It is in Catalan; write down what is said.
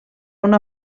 una